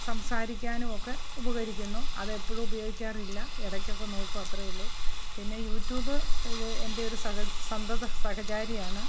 സംസാരിക്കാനുമൊക്കെ ഉപകരിക്കുന്നു അതെപ്പോഴും ഉപയോഗിക്കാറില്ല ഇടക്കൊക്കെ നോക്കും അത്രയേയുള്ളൂ പിന്നെ യൂട്യൂബ് എൻ്റെ ഒരു സഹ സന്തത സഹചാരിയാണ്